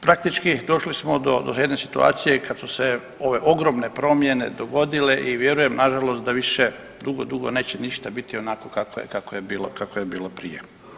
Praktički došli smo do jedne situacije kad su se ove ogromne promjene dogodile i vjerujem nažalost da više dugo, dugo neće ništa biti onako kako je bilo, kako je bilo prije.